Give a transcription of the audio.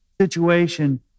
situation